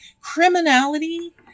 criminality